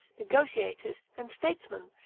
negotiators, and statesmen,